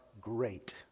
great